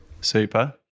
Super